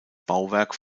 bauwerk